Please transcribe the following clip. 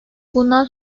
bundan